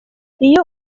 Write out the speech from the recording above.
iyo